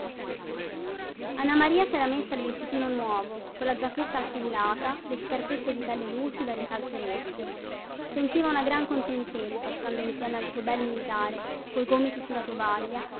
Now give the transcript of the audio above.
maria sera messa il vestitino nuovo colla giacchetta attillata le scarpette di pelle lucida e le calze rosse sentiva una gran contentezza stando insieme al suo bel militare coi gomiti sulla tovaglia